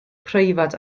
preifat